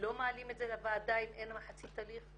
לא מעלים את זה לוועדה אם אין מחצית הליך,